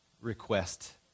request